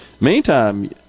meantime